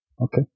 Okay